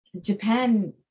Japan